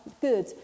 good